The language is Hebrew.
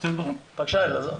בבקשה, אלעזר.